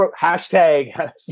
hashtag